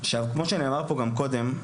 כמו שנאמר פה גם קודם,